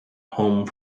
home